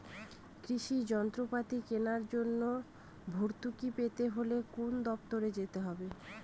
কৃষি যন্ত্রপাতি কেনার জন্য ভর্তুকি পেতে হলে কোন দপ্তরে যেতে হবে?